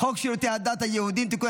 שירותי הדת היהודיים (תיקון,